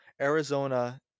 Arizona